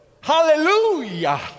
Hallelujah